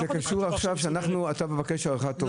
זה קשור לנושא הדיון כשאתה מבקש הארכת תוקף.